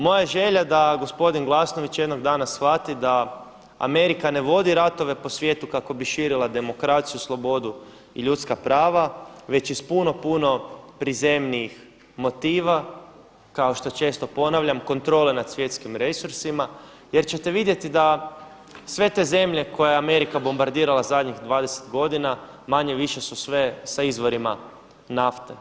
Moja je želja da gospodin Glasnović jednog dana shvati da Amerika ne vodi ratove po svijetu kako bi širila demokraciju, slobodu i ljudska prava već iz puno, puno prizemnijih motiva kao što često ponavljam, kontrole nad svjetskim resursima jer ćete vidjeti da sve te zemlje koje je Amerika bombardirala zadnjih 20 godina manje-više su sve sa izvorima nafte.